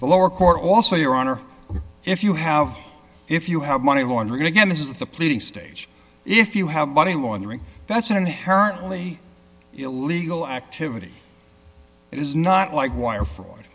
lower court also your honor if you have if you have money laundering again this is the pleading stage if you have money laundering that's an inherently illegal activity it is not like wire fraud